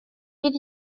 bydd